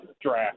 draft